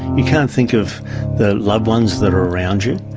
you can't think of the loved ones that are around you,